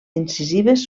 incisives